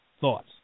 thoughts